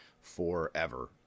forever